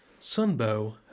Sunbow